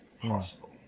possible